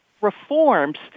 reforms